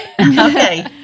Okay